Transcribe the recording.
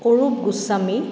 Arup Goswami